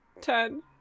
ten